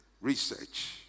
research